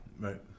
Right